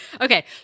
okay